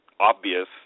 obvious